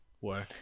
work